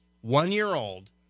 one-year-old